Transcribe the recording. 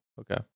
Okay